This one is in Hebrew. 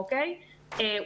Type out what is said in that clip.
אוקיי?